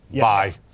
Bye